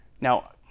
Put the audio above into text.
Now